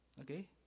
okay